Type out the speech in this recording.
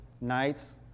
nights